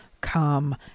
come